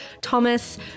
Thomas